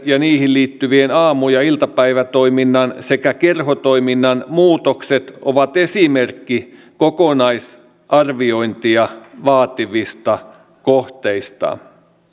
ja niihin liittyvien aamu ja iltapäivätoiminnan sekä kerhotoiminnan muutokset ovat esimerkki kokonaisarviointia vaativista kohteista